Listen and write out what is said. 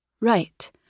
Right